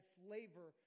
flavor